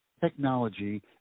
technology